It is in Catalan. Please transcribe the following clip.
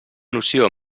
noció